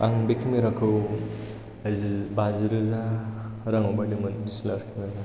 आं बे केमेरा खौ बाजिरोजा रांआव बायदोंमोन D S L R camera